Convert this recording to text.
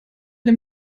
dem